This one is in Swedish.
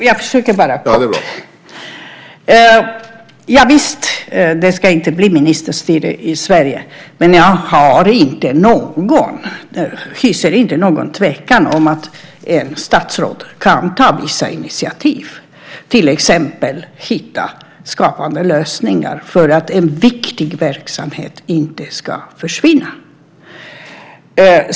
Herr talman! Nej, det ska inte bli ministerstyre i Sverige, men jag hyser inte någon tvekan om att ett statsråd kan ta vissa initiativ, till exempel hitta skapande lösningar för att en viktig verksamhet inte ska försvinna.